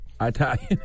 Italian